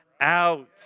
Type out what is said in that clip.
out